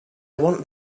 want